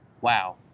Wow